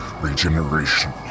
Regeneration